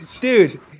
Dude